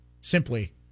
simply